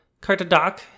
Cartadoc